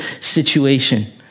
situation